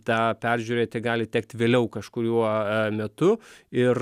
tą peržiūrėti gali tekt vėliau kažkuriuo metu ir